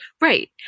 Right